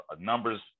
numbers